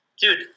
Dude